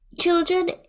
children